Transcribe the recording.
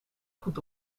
goed